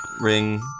ring